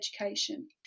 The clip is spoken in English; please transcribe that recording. education